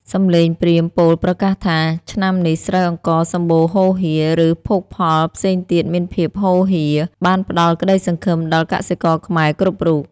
សំឡេងព្រាហ្មណ៍ពោលប្រកាសថា "ឆ្នាំនេះស្រូវអង្ករសម្បូរហូរហៀរ ឬភោគផលផ្សេងទៀតមានភាពហូរហៀរ" បានផ្ដល់ក្ដីសង្ឃឹមដល់កសិករខ្មែរគ្រប់រូប។